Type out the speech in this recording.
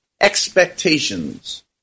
expectations